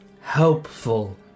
helpful